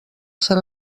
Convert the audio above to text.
ser